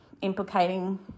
implicating